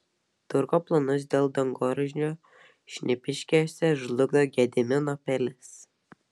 turko planus dėl dangoraižio šnipiškėse žlugdo gedimino pilis